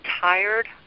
tired